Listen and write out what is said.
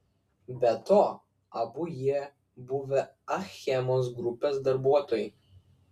be to abu jie buvę achemos grupės darbuotojai